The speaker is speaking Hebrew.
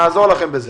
נעזור לכם בזה.